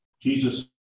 Jesus